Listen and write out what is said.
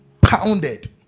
pounded